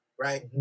right